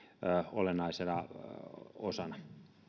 olennaisena osana